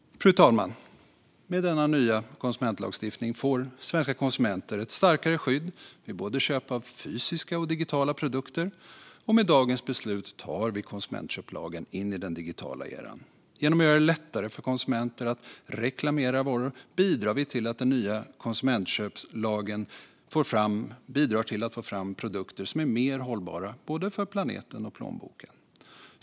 Fru talman! Med denna nya konsumentlagstiftning får svenska konsumenter ett starkare skydd vid köp av både fysiska och digitala produkter. Och med dagens beslut tar vi konsumentköplagen in i den digitala eran. Genom att göra det lättare för konsumenter att reklamera varor bidrar vi till att den nya konsumentköplagen bidrar till att få fram produkter som är mer hållbara för både planeten och plånboken.